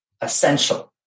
essential